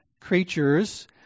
creatures